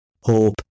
hope